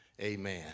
Amen